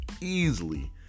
Easily